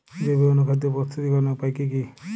জৈব অনুখাদ্য প্রস্তুতিকরনের উপায় কী কী?